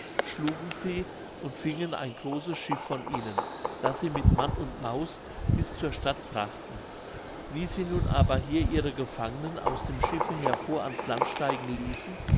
schlugen sie und fingen ein großes schiff von ihnen das sie mit mann und maus bis zur stadt brachten wie sie nun aber hier ihre gefangenen aus dem schiffe hervor ans land steigen ließen